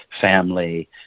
family